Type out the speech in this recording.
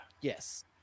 Yes